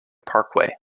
parkway